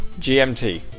GMT